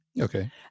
Okay